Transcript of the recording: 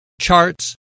charts